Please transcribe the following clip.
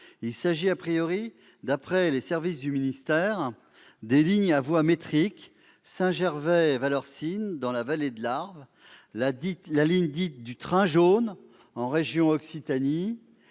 Il s'agit, d'après les services du ministère, des lignes à voie métrique Saint-Gervais-Vallorcine, dans la vallée de l'Arve, dite du « train jaune », en Occitanie,